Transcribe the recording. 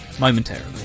momentarily